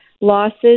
losses